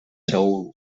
seül